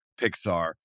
Pixar